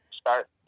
Start